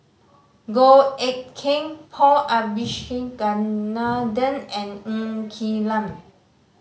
Goh Eck Kheng Paul Abisheganaden and Ng Quee Lam